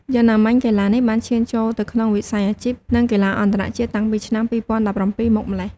យ៉ាងណាមិញ កីឡានេះបានឈានចូលទៅក្នុងវិស័យអាជីព និងកីឡាអន្តរជាតិតាំងពីឆ្នាំ ២០១៧ មកម្លេះ។